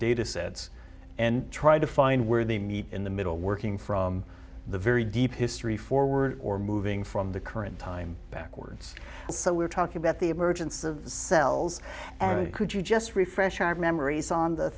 datasets and try to find where they meet in the middle working from the very deep history forward or moving from the current time backwards so we're talking about the emergence of cells and could you just refresh our memories on the